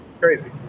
Crazy